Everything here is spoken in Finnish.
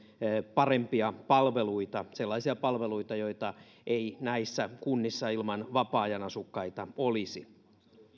parempia palveluita sellaisia palveluita joita ei näissä kunnissa ilman vapaa ajanasukkaita olisi